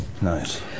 Nice